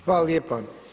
Hvala lijepo.